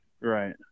Right